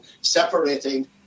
separating